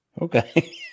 Okay